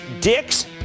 Dick's